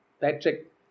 Patrick